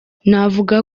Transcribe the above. navuga